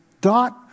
dot